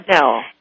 No